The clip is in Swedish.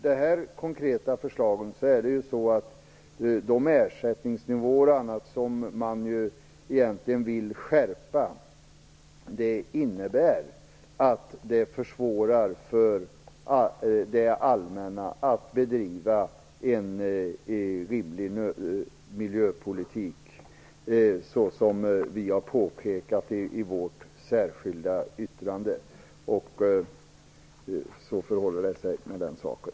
De konkreta förslagen till bl.a. skärpta ersättningsnivåer innebär ett försvårande för det allmänna att bedriva en rimlig miljöpolitik, såsom vi har påpekat i vårt särskilda yttrande. Så förhåller det sig med den saken.